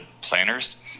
planners